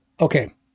Okay